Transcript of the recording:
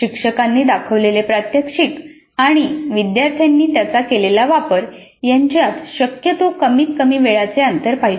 शिक्षकांनी दाखवलेले प्रात्यक्षिक आणि विद्यार्थ्यांनी त्याचा केलेला वापर याच्यात शक्यतो कमीत कमी वेळाचे अंतर पाहिजे